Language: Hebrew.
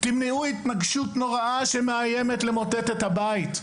אתם תמנעו התנגשות נוראה שמאיימת למוטט את הבית.